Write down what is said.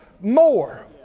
more